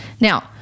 Now